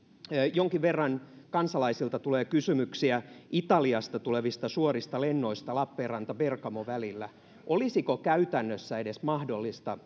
jonkin verran kansalaisilta tulee kysymyksiä italiasta tulevista suorista lennoista lappeenranta bergamo välillä haluaisin kysyä liikenneministeri harakka olisiko käytännössä edes mahdollista